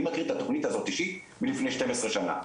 אני מכיר את התוכנית הזאת אישית מלפני 12 שנה,